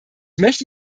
möchte